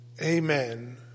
amen